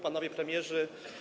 Panowie Premierzy!